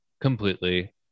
Completely